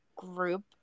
group